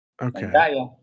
Okay